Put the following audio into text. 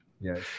Yes